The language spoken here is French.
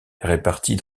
répartis